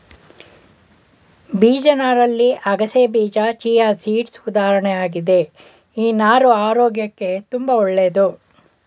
ಬೀಜ ನಾರಲ್ಲಿ ಅಗಸೆಬೀಜ ಚಿಯಾಸೀಡ್ಸ್ ಉದಾಹರಣೆ ಆಗಿದೆ ಈ ನಾರು ಆರೋಗ್ಯಕ್ಕೆ ತುಂಬಾ ಒಳ್ಳೇದು